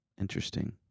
Interesting